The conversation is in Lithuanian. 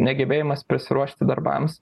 negebėjimas pasiruošti darbams